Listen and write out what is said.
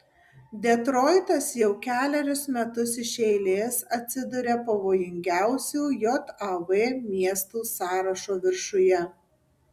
detroitas jau kelerius metus iš eilės atsiduria pavojingiausių jav miestų sąrašo viršuje